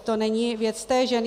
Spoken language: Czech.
To není věc té ženy.